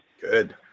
Good